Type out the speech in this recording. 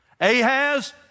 Ahaz